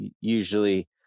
usually